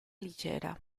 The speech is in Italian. leggera